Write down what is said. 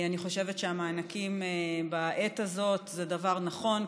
אני חושבת שהמענקים בעת הזאת הם דבר נכון,